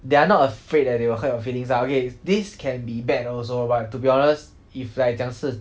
they are not afraid that they will hurt your feelings lah okay this can be bad also but to be honest if like 讲是